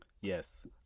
Yes